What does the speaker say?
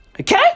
Okay